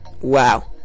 wow